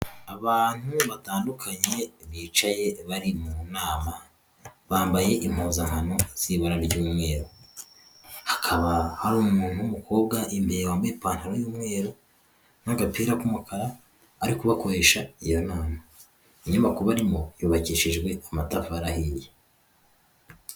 Abantu batandukanye bicaye bari mu nama bambaye impuzankano z'ibara ry'umweru. Hakaba hari umuntu w'umukobwa imbere wambaye ipantaro y'umweru n'agapira k'umukara ari kubakoresha iyo nama' Inyubako barimo yubakishijwe amatafari ahiye.